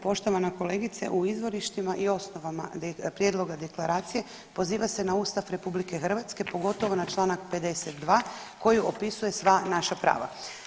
Poštovana kolegice u izvorištima i osnovama prijedloga deklaracije poziva se na Ustav RH pogotovo na Članak 52. koji opisuje sva naša prava.